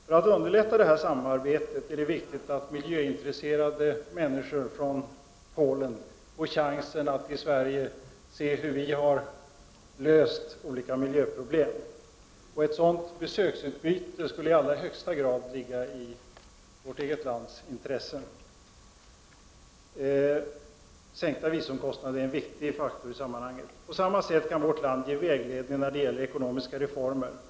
För att det här samarbetet skall underlättas är det viktigt att miljöintresserade människor från Polen får chansen att se hur vi har löst olika miljöproblem i Sverige. Ett sådant besöksutbyte skulle i allra högsta grad ligga i vårt eget lands intresse. En minskning av viseringskostnaden är en viktig faktor i sammanhanget. På samma sätt kan vårt land ge vägledning när det gäller ekonomiska reformer.